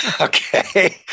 Okay